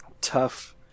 Tough